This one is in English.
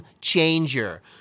changer